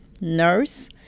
nurse